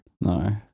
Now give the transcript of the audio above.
No